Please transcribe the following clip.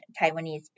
Taiwanese